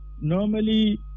normally